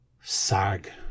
sag